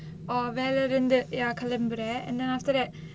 வேல இருந்து:vela irunthu ya கிளம்புறேன்:kilamburaen and then after that